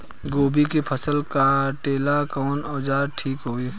गोभी के फसल काटेला कवन औजार ठीक होई?